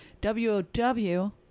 w-o-w